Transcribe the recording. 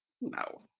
No